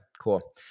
cool